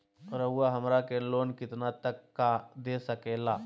रउरा हमरा के लोन कितना तक का दे सकेला?